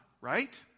right